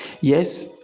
yes